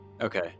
Okay